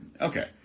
Okay